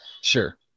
sure